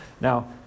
Now